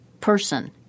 person